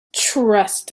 trust